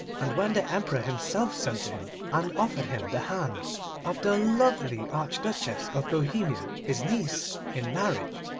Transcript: and when the emperor himself sent to him, and offered him the hand of the lovely archduchess of bohemia, his niece, in marriage,